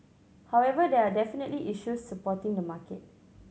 however there are definitely issues supporting the market